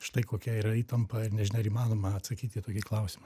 štai kokia yra įtampa ir nežinia ar įmanoma atsakyti į tokį klausimą